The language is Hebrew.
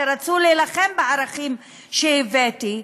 שרצו להילחם בערכים שהבאתי,